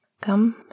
Come